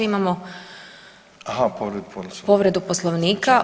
Imamo povredu Poslovnika.